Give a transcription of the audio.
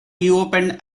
reopened